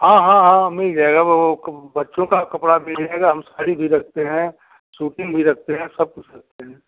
हाँ हाँ हाँ मिल जाएगा वह बच्चों का कपड़ा भी मिलेगा हम साड़ी भी रखते हैं सूती भी रखते हैं हम सब कुछ रखते हैं